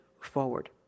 forward